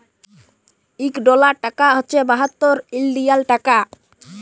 ইক ডলার টাকা হছে বাহাত্তর ইলডিয়াল টাকা